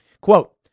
Quote